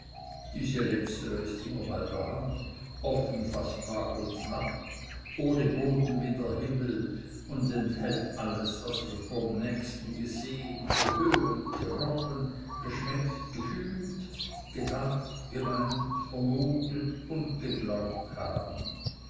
diese letztere ist immer bei der hand offen fast tag und nacht ohne boden wie der himmel und enthält alles was wir vom nächsten gesehen gehört gerochen geschmeckt gefühlt gedacht gemeint vermutet und geglaubt haben